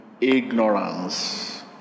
ignorance